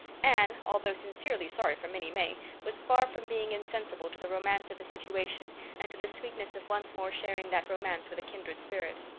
anne, although sincerely sorry for minnie may, was far from being insensible to the romance of the situation and to the sweetness of once more sharing that romance with a kindred spirit.